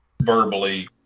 verbally